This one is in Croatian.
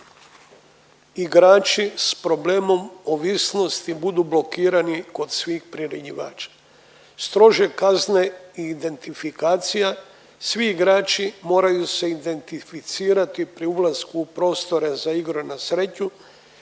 da igrači sa problemom ovisnosti budu blokirani kod svih priređivača. Strože kazne i identifikacija, svi igrači moraju se identificirati pri ulasku u prostore za igru na sreću